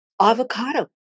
avocado